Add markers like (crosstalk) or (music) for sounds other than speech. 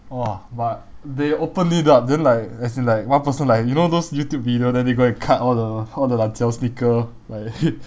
!wah! but they open it up then like as in like one person like you know those youtube video then they go and cut all the all the lanjiao sneaker like (laughs)